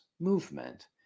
movement